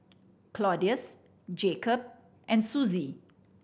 Claudius Jakob and Suzie